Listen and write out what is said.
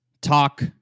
talk